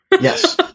Yes